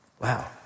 Wow